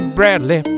Bradley